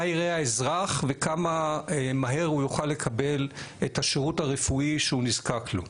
יראה האזרח וכמה מהר הוא יוכל לקבל את השירות הרפואי שהוא נזקק לו.